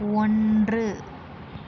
ஒன்று